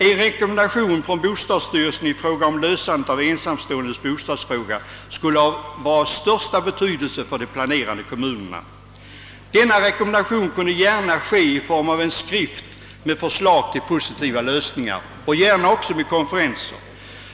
En rekommendation från bostadsstyrelsen exempelvis när det gäller lösandet av de ensamståendes bostadsproblem vore av största betydelse för de planerande kommunerna. Denna rekommendation kunde bl.a. ske genom en skrift med förslag till positiva lösningar och det kunde också ordnas konferenser.